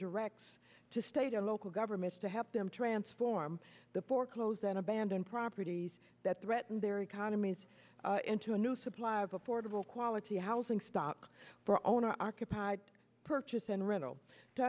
directs to state or local governments to help them transform the foreclosed and abandoned properties that threaten their economies into a new supply of affordable quality housing stock for owner occupied purchase and rental to